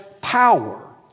power